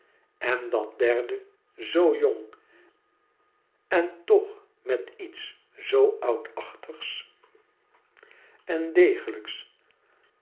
en dat derde zoo jong en toch met iets zoo oudachtigs kleine charley en degelijks